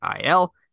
IL